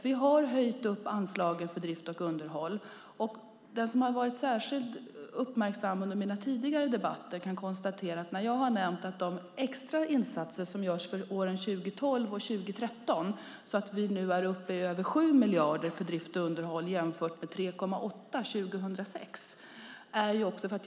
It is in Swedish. Vi har höjt anslagen för drift och underhåll, Siv Holma. Den som har varit särskilt uppmärksam under mina tidigare debatter kan konstatera att jag har nämnt de extra insatser som görs för åren 2012 och 2013 så att vi nu är uppe i över 7 miljarder för drift och underhåll jämfört med 3,8 miljarder år 2006.